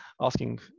asking